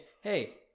hey